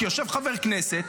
כי יושב חבר כנסת,